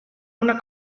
una